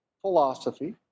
philosophy